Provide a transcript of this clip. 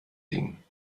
ding